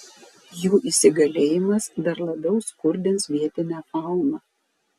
jų įsigalėjimas dar labiau skurdins vietinę fauną